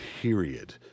period